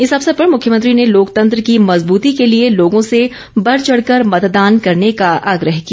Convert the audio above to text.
इस अवसर पर मुख्यमंत्री ने लोकतंत्र की मजबूती के लिए लोगों से बढ़ चढ़ कर मतदान करने का आग्रह किया